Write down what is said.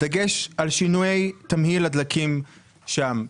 בדגש על שינויי תמהיל הדלקים שם.